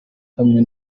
hamwe